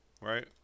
right